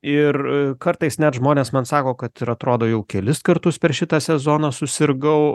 ir kartais net žmonės man sako kad ir atrodo jau kelis kartus per šitą sezoną susirgau